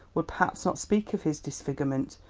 would perhaps not speak of his disfigurement,